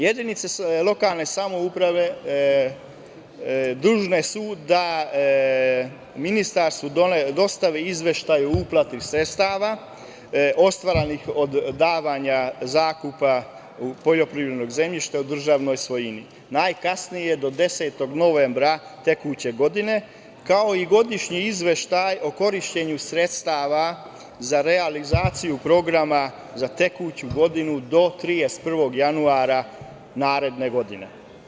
Jedinice lokalne samouprave dužne su da ministarstvu dostave izveštaj o uplati sredstava ostvarenih od davanja zakupa poljoprivrednog zemljišta u državnoj svojini najkasnije do 10. novembra tekuće godine, kao i godišnji izveštaj o korišćenju sredstava za realizaciju programa za tekuću godinu do 31. januara naredne godine.